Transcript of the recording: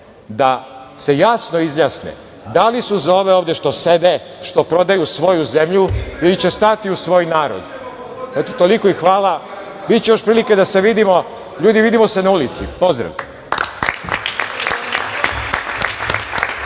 da se jasno izjasne da li su za ove ovde što sede, što prodaju svoju zemlju ili će stati uz svoj narod. Eto, toliko i hvala. Biće još prilike da se vidimo. Ljudi, vidimo se na ulici. Pozdrav.